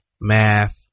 math